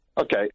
Okay